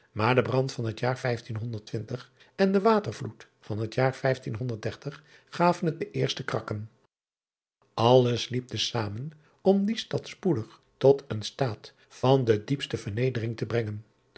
maar de brand van het jaar en de watervloed van het jaar gaven het de eerste krakken lles liep te zamen om die stad spoedig tot een staat van de diepste vernedering te brengen